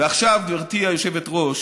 ועכשיו, גברתי היושבת-ראש,